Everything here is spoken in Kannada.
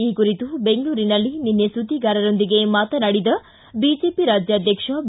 ಈ ಕುರಿತು ಬೆಂಗಳೂರಿನಲ್ಲಿ ನಿನ್ನೆ ಸುದ್ದಿಗಾರರೊಂದಿಗೆ ಮಾತನಾಡಿದ ಬಿಜೆಪಿ ರಾಜ್ಯಾಧ್ಯಕ್ಷ ಬಿ